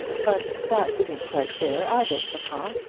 but that isn't quite fair either, papa.